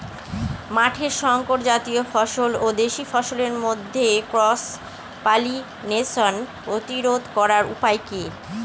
মাঠের শংকর জাতীয় ফসল ও দেশি ফসলের মধ্যে ক্রস পলিনেশন প্রতিরোধ করার উপায় কি?